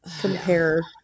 compare